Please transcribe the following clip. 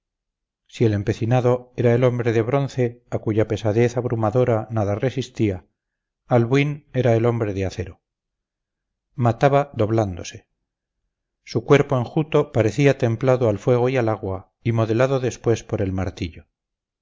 si el empecinado era el hombre de bronce a cuya pesadez abrumadora nada resistía albuín era el hombre de acero mataba doblándose su cuerpo enjuto parecía templado al fuego y al agua y modelado después por el martillo